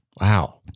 Wow